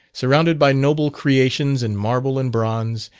surrounded by noble creations in marble and bronze,